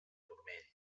turmell